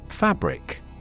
Fabric